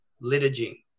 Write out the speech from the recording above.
Liturgy